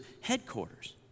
headquarters